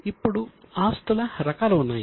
ఇప్పుడు ఆస్తుల రకాలు ఉన్నాయి